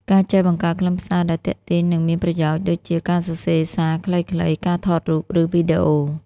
ការចេះបង្កើតខ្លឹមសារដែលទាក់ទាញ និងមានប្រយោជន៍ដូចជា ការសរសេរសារខ្លីៗ ការថតរូប ឬវីដេអូ។